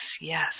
yes